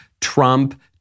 Trump